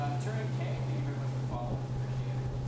ah turing k, thank you very much for following. appreciate it.